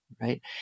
right